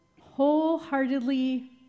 wholeheartedly